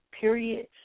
Period